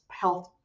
health